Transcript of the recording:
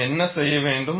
நாம் என்ன செய்ய வேண்டும்